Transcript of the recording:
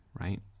right